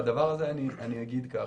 בדבר הזה אגיד כך: